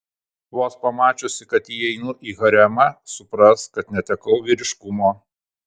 vos pamačiusi kad įeinu į haremą supras kad netekau vyriškumo